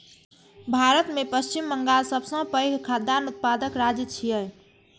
भारत मे पश्चिम बंगाल सबसं पैघ खाद्यान्न उत्पादक राज्य छियै